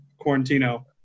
Quarantino